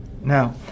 Now